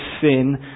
sin